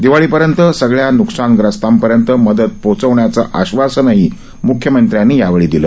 दिवाळीपर्यंत सगळ्या न्कसानग्रस्तांपर्यंत मदत पोहोचवण्याचं आश्वासन मुख्यमंत्र्यांनी यावेळी दिलं